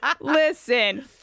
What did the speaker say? Listen